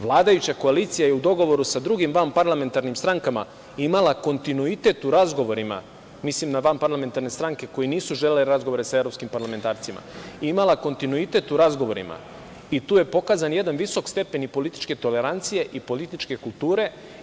Vladajuća koalicija je u dogovoru sa drugim vanparlamentarnim strankama imala kontinuitet u razgovorima, mislim na vanparlamentarne stranke koje nisu želele razgovore sa evropskim parlamentarcima, imala kontinuitet u razgovorima i tu je pokazan jedan visok stepen i političke tolerancije i političke kulture.